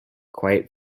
quite